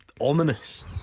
ominous